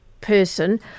person